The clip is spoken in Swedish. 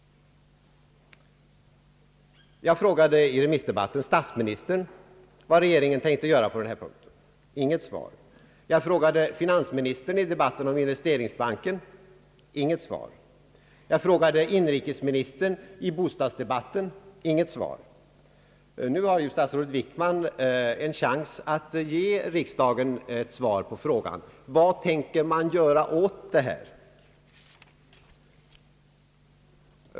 Under remissdebatten frågade jag statsministern vad regeringen tänker göra på denna punkt. Inget svar! Jag frågade finansministern i debatten om investeringsbanken. Inget svar! Jag frågade inrikesministern i bostadsdebatten. Inget svar! Nu har ju statsrådet Wickman en chans att ge riksdagen ett svar på frågan: Vad tänker regeringen göra åt detta?